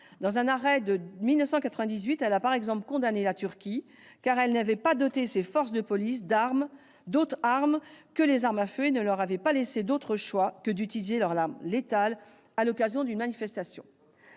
Dans un arrêt de 1998, elle a ainsi condamné la Turquie pour n'avoir pas doté ses forces de police d'autres armes que les armes à feu et, ainsi, ne pas leur avoir laissé d'autre choix que d'utiliser leurs armes létales à l'occasion d'une manifestation.